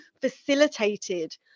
facilitated